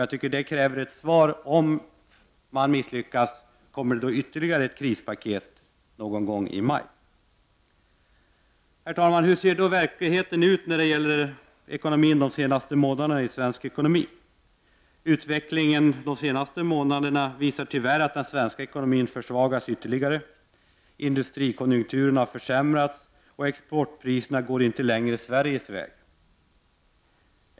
Jag tycker att frågan kräver ett svar: Om man misslyckas, kommer det då ytterligare ett krispaket någon gång i maj? Hur ser då verkligheten ut? Vad har hänt senaste månaderna med svensk ekonomi? Utvecklingen de senaste månaderna visar tyvärr att den svenska ekonomin försvagats ytterligare. Industrikonjunkturen försämras, exportpriserna går inte längre Sveriges väg.